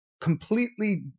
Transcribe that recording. completely